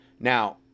Now